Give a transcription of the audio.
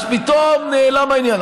אז פתאום נעלם העניין.